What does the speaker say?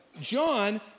John